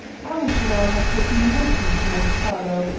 i wish now i had taken you with me to monte carlo.